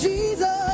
Jesus